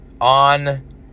on